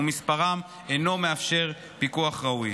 ומספרם אינו מאפשר פיקוח ראוי.